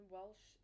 Welsh